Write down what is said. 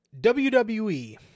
WWE